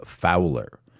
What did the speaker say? Fowler